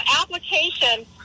application